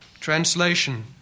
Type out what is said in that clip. Translation